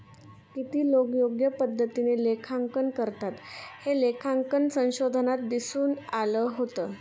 किती लोकं योग्य पद्धतीने लेखांकन करतात, हे लेखांकन संशोधनात दिसून आलं होतं